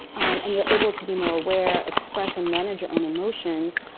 um and you're able to be more aware, express and manage your own emotions.